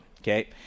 Okay